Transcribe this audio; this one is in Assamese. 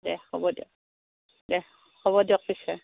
দে হ'ব দিয়ক দে হ'ব দিয়ক পিছে